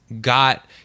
got